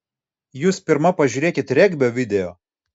jūs pirma pažiūrėkit regbio video